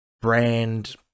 brand